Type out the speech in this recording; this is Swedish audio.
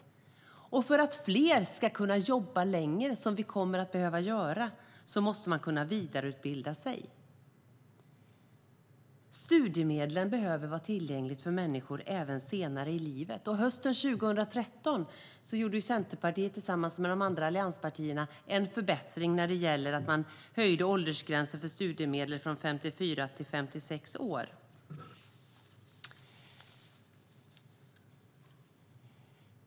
Och för att fler ska kunna jobb längre, som vi kommer att behöva göra, måste man kunna vidareutbilda sig. Studiemedlen behöver vara tillgängliga för människor även senare i livet. Hösten 2013 gjorde Centerpartiet, tillsammans med de andra allianspartierna, en förbättring när vi höjde åldersgränsen för studiemedel från 54 till 56 år.